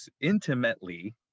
intimately